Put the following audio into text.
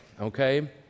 Okay